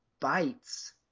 bites